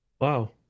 wow